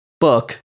book